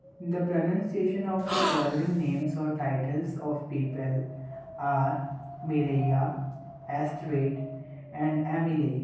the pronunciation of the following names of titles of people are merely astrayed and Emily